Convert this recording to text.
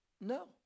no